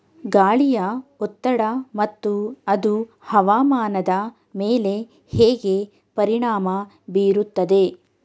ಗಾಳಿಯ ಒತ್ತಡ ಮತ್ತು ಅದು ಹವಾಮಾನದ ಮೇಲೆ ಹೇಗೆ ಪರಿಣಾಮ ಬೀರುತ್ತದೆ?